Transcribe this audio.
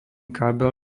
kábel